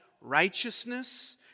Righteousness